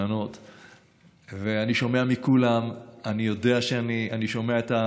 ואני שומע מכולם את הקולות,